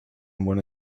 went